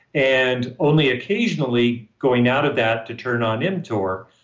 and only occasionally going out of that to turn on mtor.